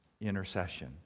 intercession